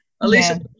Alicia